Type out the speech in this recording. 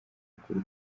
ukuri